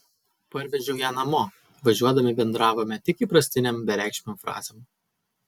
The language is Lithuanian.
parvežiau ją namo važiuodami bendravome tik įprastinėm bereikšmėm frazėm